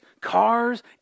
cars